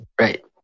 Right